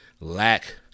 lack